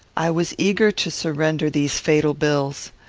i was eager to surrender these fatal bills.